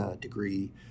degree